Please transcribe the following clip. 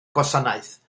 gwasanaeth